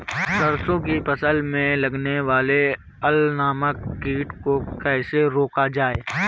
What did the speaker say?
सरसों की फसल में लगने वाले अल नामक कीट को कैसे रोका जाए?